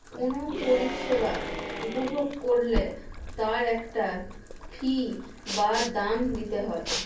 কোনো পরিষেবা উপভোগ করলে তার একটা ফী বা দাম দিতে হয়